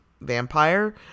vampire